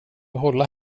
hålla